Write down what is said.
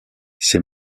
ses